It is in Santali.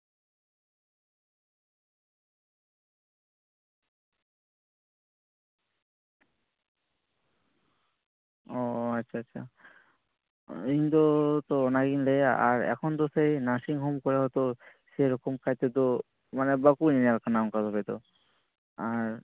ᱚ ᱟᱪᱪᱷᱟ ᱟᱪᱪᱷᱟ ᱤᱧ ᱫᱚ ᱛᱚ ᱚᱱᱟᱜᱤᱧ ᱞᱟᱹᱭᱟ ᱟᱨ ᱮᱠᱷᱚᱱ ᱫᱚ ᱥᱮᱭ ᱱᱟᱨᱥᱤᱝ ᱦᱳᱢ ᱠᱚᱨᱮ ᱦᱚᱸᱠᱚ ᱥᱮᱭ ᱨᱚᱠᱚᱢ ᱠᱟᱭᱛᱮᱫᱚ ᱢᱟᱱᱮ ᱵᱟᱠᱚ ᱧᱮᱧᱮᱞ ᱠᱟᱱᱟ ᱚᱱᱠᱟ ᱫᱚ ᱟᱨ